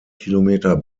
kilometer